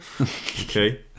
Okay